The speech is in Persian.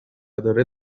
داره